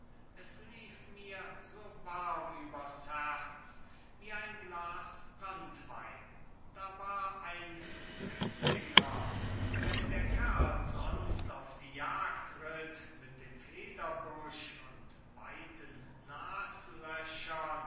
es lief mir so warm übers herz wie ein glas branntwein da war ein rixinger wenn der kerl sonst auf die jagd ritt mit dem federbusch und weiten